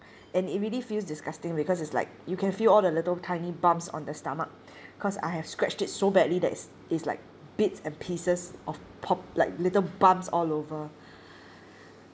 and it really feels disgusting because it's like you can feel all the little tiny bumps on the stomach cause I have scratched it so badly that it's it's like bits and pieces of pop like little bumps all over